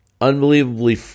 unbelievably